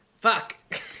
Fuck